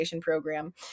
program